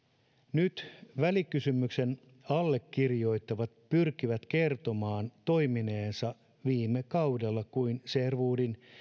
nyt välikysymyksen allekirjoittajat pyrkivät kertomaan toimineensa viime kaudella kuin sherwoodin